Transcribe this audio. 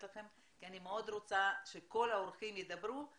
לכם כי אני מאוד רוצה שכל האורחים ידברו.